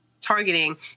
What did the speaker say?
targeting